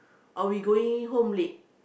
or we going home late